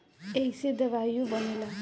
ऐइसे दवाइयो बनेला